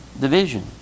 division